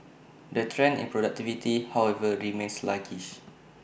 the trend in productivity however remains sluggish